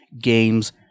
games